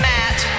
Matt